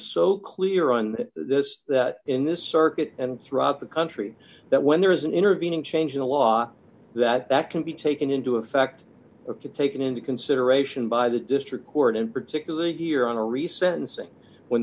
so clear on this that in this circuit and throughout the country that when there is an intervening change in the law that that can be taken into effect of to taken into consideration by the district court and particularly here on a re sentencing when